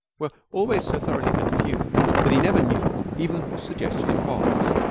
were always so thoroughly confused that he never knew even whose suggestion it was.